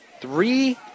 Three